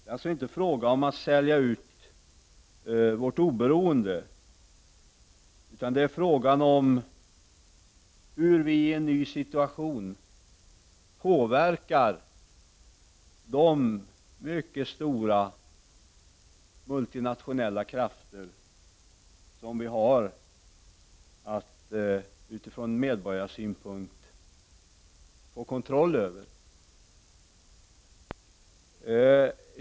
Det är alltså inte fråga om att sälja ut vårt oberoende, utan det gäller hur vi i en ny situation skall kunna påverka de mycket stora multinationella krafter som vi från medborgarsynpunkt måste få kontroll över.